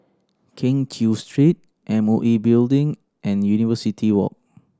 Keng Cheow Street M O E Building and University Walk